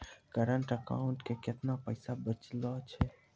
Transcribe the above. Current account मे केतना पैसा बचलो छै?